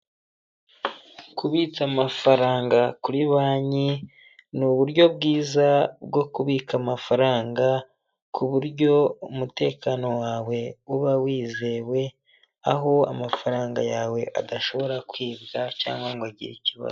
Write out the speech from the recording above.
Kubitsa amafaranga kuri banki, ni uburyo bwiza bwo kubika amafaranga ku buryo umutekano wawe uba wizewe, aho amafaranga yawe adashobora kwibwa cyangwa ngo agire ikibazo.